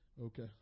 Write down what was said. Okay